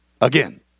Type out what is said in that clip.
again